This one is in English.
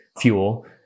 fuel